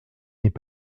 n’est